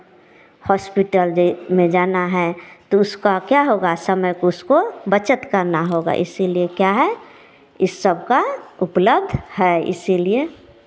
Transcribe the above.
hospital यह में जाना है तो उसका क्या होगा समय को उसको बचत करना होगा इसीलिए क्या है इस सबका उपलब्ध है इसीलिए